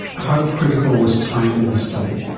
how critical was time in this study?